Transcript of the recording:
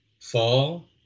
fall